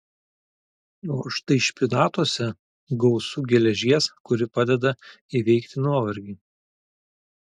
o štai špinatuose gausu geležies kuri padeda įveikti nuovargį